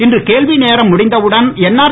இன்று கேள்வி நேரம் முடிந்த உடன் என்ஆர்